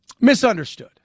misunderstood